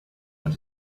that